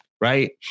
Right